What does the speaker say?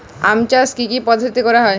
আম চাষ কি কি পদ্ধতিতে করা হয়?